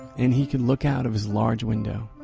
and he could look out of his large window,